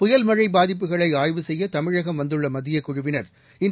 புயல் மழை பாதிப்புகளை ஆய்வு செய்ய தமிழகம் வந்துள்ள மத்தியக்குழுவினர் இன்று